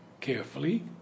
carefully